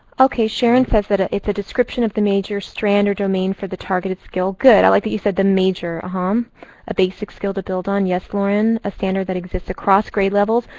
sharon says that it's a description of the major strand or domain for the targeted skill. good. i like that you said the major. um a basic skill to build on. yes, lauren. a standard that exists across grade levels.